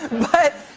but,